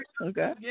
Okay